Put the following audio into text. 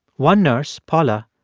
one nurse, paula,